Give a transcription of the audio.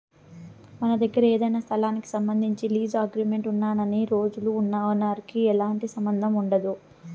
మన దగ్గర ఏదైనా స్థలానికి సంబంధించి లీజు అగ్రిమెంట్ ఉన్నన్ని రోజులు ఓనర్ కి ఎలాంటి సంబంధం ఉండదు